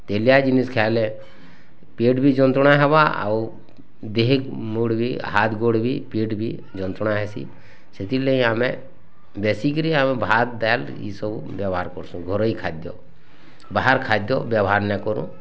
ତେଲିଆ ଜିନିଷ୍ ଖାଇଲେ ପେଟ୍ ବି ଯନ୍ତ୍ରଣା ହବା ଆଉ ଦିହ ମୁଡ଼୍ ବି ହାତ୍ ଗୋଡ଼ ବି ପେଟ୍ ବି ଯନ୍ତ୍ରଣା ହେସି ସେଥିର୍ ଲାଗି ଆମେ ବେଶୀ କିରି ଆମେ ଭାତ୍ ଡାଲ୍ ଇ ସବୁ ବ୍ୟବହର କର୍ସୁଁ ଘରୋଉ ଖାଦ୍ୟ ବାହାର ଖାଦ୍ୟ ବ୍ୟବହାର ନାଇ କରୁଁ